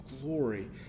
glory